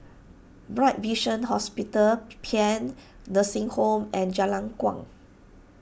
Bright Vision Hospital Paean Nursing Home and Jalan Kuang